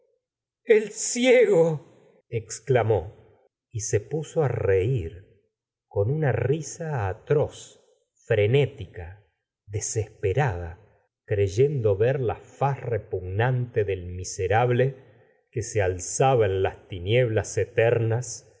el ciego exclamó y se puso á reir con una risa atroz frenética desesperada creyendo ver la faz repugnante del miserable que se alzaba en las tinieblas eternas